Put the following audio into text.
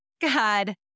God